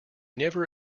never